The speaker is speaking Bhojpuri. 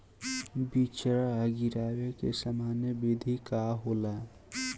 बिचड़ा गिरावे के सामान्य विधि का होला?